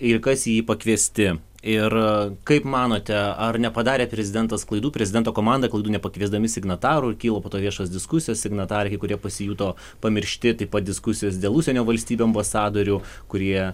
ir kas į jį pakviesti ir kaip manote ar nepadarė prezidentas klaidų prezidento komanda klaidų nepakviesdami signatarų ir kilo po to viešos diskusijos signatarai kai kurie pasijuto pamiršti taip pat diskusijos dėl užsienio valstybių ambasadorių kurie